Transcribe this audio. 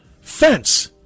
fence